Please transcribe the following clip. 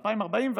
ב-2041,